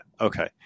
Okay